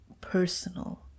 personal